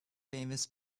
famous